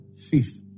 thief